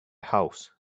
house